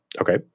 Okay